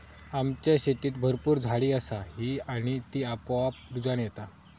आमच्या शेतीत भरपूर झाडी असा ही आणि ती आपोआप रुजान येता